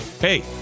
Hey